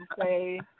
say